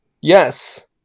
Yes